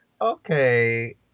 okay